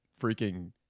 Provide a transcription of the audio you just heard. freaking